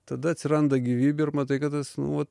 tada atsiranda gyvybė ir matai kad tas nu va